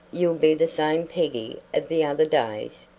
you'll be the same peggy of the other days?